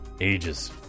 ages